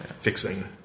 fixing